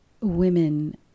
women